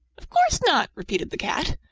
of course not! repeated the cat.